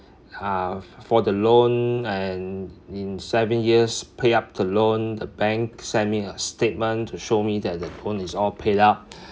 uh for for the loan and in seven years pay up the loan the bank send me a statement to show me that the loan is all paid up